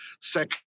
second